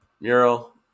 Mural